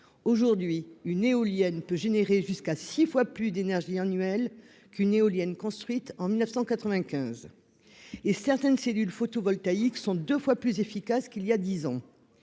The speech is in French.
aujourd'hui jusqu'à six fois plus d'énergie annuelle qu'une éolienne construite en 1995 et certaines cellules photovoltaïques sont deux fois plus efficaces qu'il y a dix ans.